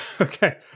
Okay